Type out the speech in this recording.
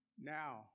Now